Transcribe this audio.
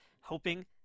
hoping